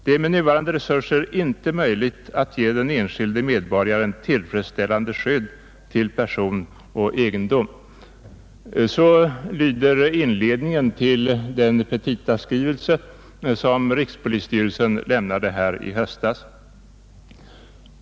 Det är med nuvarande resurser inte möjligt att ge den enskilde medborgaren tillfredsställande skydd till person och egendom.” Så lyder inledningen till den petitaskrivelse som rikspolisstyrelsen lämnade i höstas.